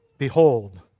Behold